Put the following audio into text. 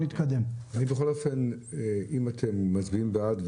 אם אתם מצביעים בעד,